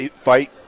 fight